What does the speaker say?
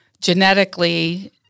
genetically